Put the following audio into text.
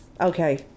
Okay